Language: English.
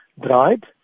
dried